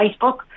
Facebook